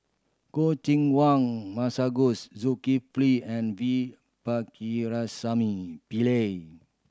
Choo Keng Kwang Masagos Zulkifli and V Pakirisamy Pillai